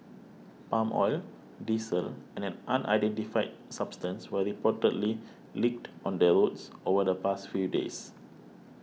palm oil diesel and an unidentified substance were reportedly leaked on the roads over the past few days